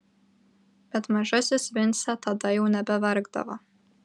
bet mažasis vincė tada jau nebeverkdavo